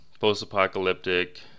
Post-apocalyptic